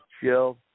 chill